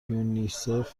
یونیسف